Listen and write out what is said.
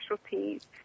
specialties